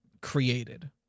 created